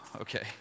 okay